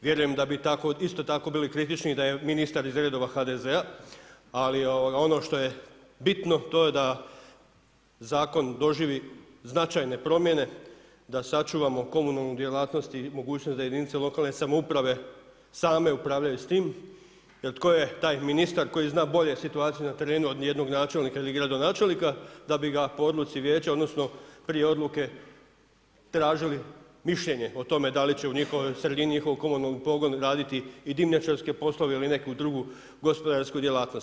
Vjerujem da bi isto tako bili kritični i da je ministar iz redova HDZ-a ali ono što je bitno to je da zakon doživi značajne promjene, da sačuvamo komunalnu djelatnost i mogućnost da jedinice lokalne samouprave same upravljaju s tim jer tko je taj ministar koji zna bolje situaciju na terenu od ijednog načelnika i gradonačelnika da bi ga po odluci vijeća odnosno prije odluke tražili mišljenje o tome da li će u njihovoj sredini, u njihovom komunalnom pogonu raditi i dimnjačarske poslove ili neku drugu gospodarsku djelatnost.